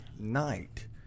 night